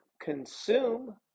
consume